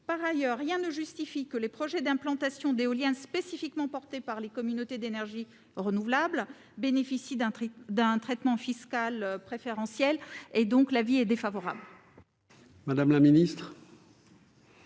Par ailleurs, rien ne justifie que les projets d'implantation d'éoliennes spécifiquement portés par les communautés d'énergie renouvelable bénéficient d'un traitement fiscal préférentiel. L'avis de la commission